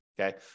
okay